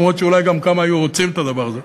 גם אם אולי גם כמה היו רוצים את הדבר הזה.